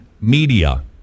media